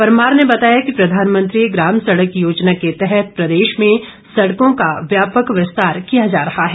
परमार ने बताया कि प्रधानमंत्री ग्राम सड़क योजना के तहत प्रदेश में सड़कों का व्यापक विस्तार किया जा रहा है